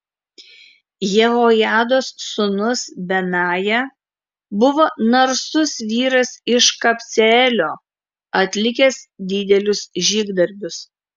jehojados sūnus benaja buvo narsus vyras iš kabceelio atlikęs didelius žygdarbius